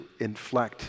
inflect